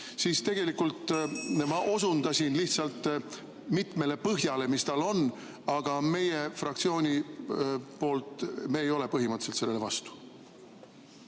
helistab kella.) ma osundasin lihtsalt mitmele põhjale, mis tal on, aga meie fraktsiooni poolt me ei ole põhimõtteliselt sellele vastu.